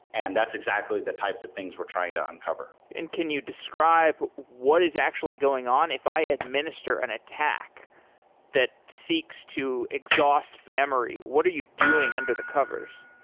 and that's exactly the types of things we're trying to uncover. and can you describe what is actually going on? if i administer an attack that seeks to exhaust memory, what are you doing under the covers?